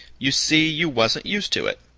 you see you wasn't used to it.